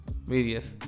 Various